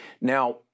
Now